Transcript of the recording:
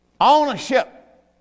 Ownership